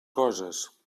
coses